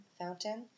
Fountain